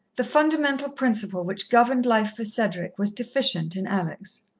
the fundamental principle which governed life for cedric was deficient in alex.